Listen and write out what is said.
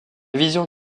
vision